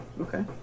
Okay